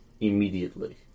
immediately